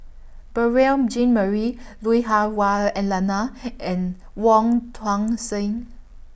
Beurel Jean Marie Lui Hah Wah Elena and Wong Tuang Seng